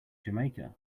jamaica